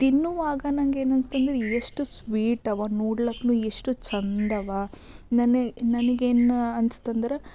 ತಿನ್ನುವಾಗ ನಂಗೇನು ಅನ್ನಿಸ್ತು ಅಂದರೆ ಎಷ್ಟು ಸ್ವೀಟ್ ಅವ ನೋಡೊಕ್ಕೂನು ಎಷ್ಟು ಚಂದ ಅವ ನನ್ನ ನನಗೇನು ಅನ್ನಿಸ್ತು ಅಂದ್ರೆ